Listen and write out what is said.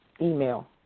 email